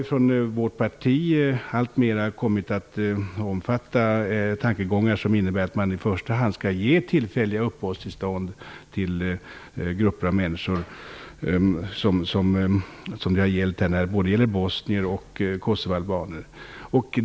I vårt parti har vi alltmer kommit att omfatta tankegångarna om att i första hand ge tillfälliga uppehållstillstånd till de grupper av människor som det har gällt här, både bosnier och kosovoalbaner.